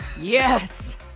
Yes